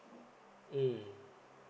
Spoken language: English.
mm